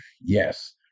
Yes